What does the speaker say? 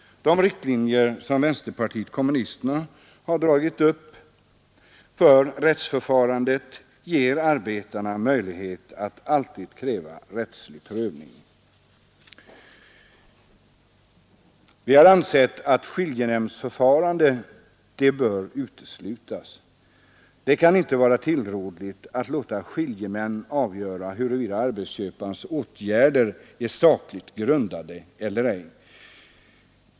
De riktlinjer som vänsterpartiet kommunisterna har dragit upp för rättsförfarandet ger arbetarna möjlighet att alltid kräva rättslig prövning. Vi har ansett att skiljemannaförfarandet bör uteslutas. Det kan inte vara tillrådligt att låta skiljemän avgöra huruvida arbetsköparens åtgärder är sakligt grundade eller ej.